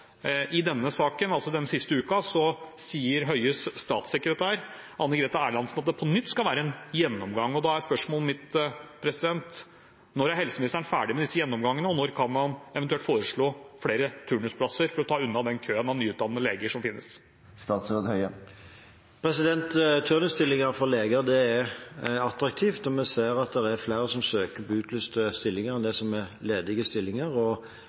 i denne saken, den siste uken, sier Høies statssekretær, Anne Grethe Erlandsen, at det på nytt skal være en gjennomgang. Da er spørsmålet mitt: Når er helseministeren ferdig med disse gjennomgangene, og når kan han eventuelt foreslå flere turnusplasser for å ta unna den køen av nyutdannede leger som finnes? Turnusstillinger for leger er attraktive, og vi ser at det er flere som søker på utlyste stillinger, enn det er ledige stillinger.